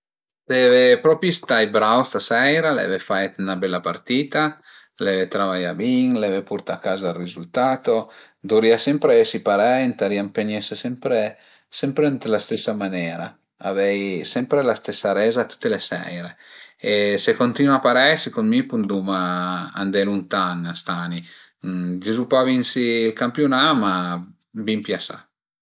Seve propi sta brau staseira, l'eve fait 'na bela partita, l'eve travaià bin, l'eve purtà a caza ël rizuntalto, a duvrìa sempre esi parei, ëntarìa ëmpegnese sempre ën la stesa manera, avei sempre la stesa reza tüte le seire e se cuntinua parei secund mi puduma andé luntan st'ani, dizu pa vinsi ël campiunà, ma bin piasà